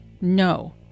No